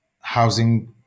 housing